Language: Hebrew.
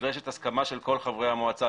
נדרשת הסכמה של כל חברי המועצה.